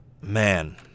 man